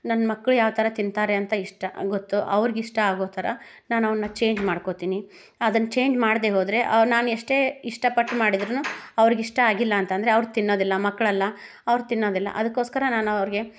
ನನ್ನ ಮಕ್ಕಳು ಯಾವ ಥರ ತಿಂತಾರೆ ಅಂತ ಇಷ್ಟ ಗೊತ್ತು ಅವ್ರಿಗೆ ಇಷ್ಟ ಆಗೋ ಥರ ನಾನು ಅವನ್ನು ಚೇಂಜ್ ಮಾಡ್ಕೋತಿನಿ ಅದನ್ನು ಚೇಂಜ್ ಮಾಡದೇ ಹೋದರೆ ನಾನು ಎಷ್ಟೇ ಇಷ್ಟಪಟ್ಟು ಮಾಡಿದ್ರೂ ಅವರಿಗಿಷ್ಟ ಆಗಿಲ್ಲ ಅಂತಂದರೆ ಅವ್ರು ತಿನ್ನೋದಿಲ್ಲ ಮಕ್ಳು ಅಲ್ಲ ಅವ್ರು ತಿನ್ನೋದಿಲ್ಲ ಅದಕ್ಕೋಸ್ಕರ ನಾನು ಅವ್ರಿಗೆ